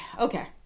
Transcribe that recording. Okay